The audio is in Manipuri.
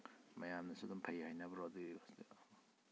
ꯃꯌꯥꯝꯅꯁꯨ ꯑꯗꯨꯝ ꯐꯩ ꯍꯥꯏꯅꯕ꯭ꯔꯣ ꯑꯗꯨꯏ